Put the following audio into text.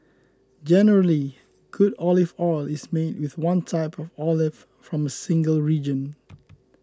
generally good olive oil is made with one type of olive from a single region